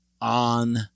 on –